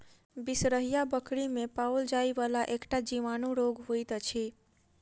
बिसरहिया बकरी मे पाओल जाइ वला एकटा जीवाणु रोग होइत अछि